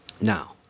Now